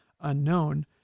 unknown